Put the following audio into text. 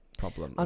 problem